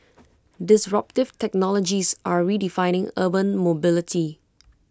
disruptive technologies are redefining urban mobility